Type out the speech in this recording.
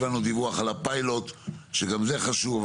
קיבלנו דיווח על הפיילוט שגם זה חשוב,